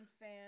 fan